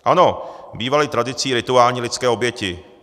Ano, bývaly tradicí rituální lidské oběti.